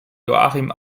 joachim